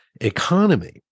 economy